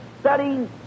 studying